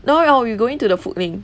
no we going to the foodlink